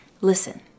Listen